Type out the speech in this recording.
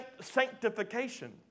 sanctification